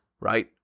right